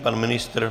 Pan ministr?